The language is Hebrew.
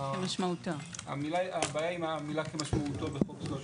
הבעיה היא עם המילה "כמשמעותו בחוק".